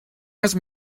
asked